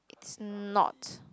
it's not